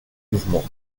mouvements